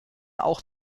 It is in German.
auch